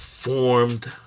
Formed